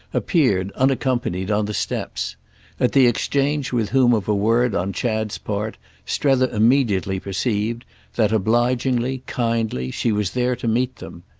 appeared, unaccompanied, on the steps at the exchange with whom of a word on chad's part strether immediately perceived that, obligingly kindly, she was there to meet them.